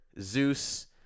Zeus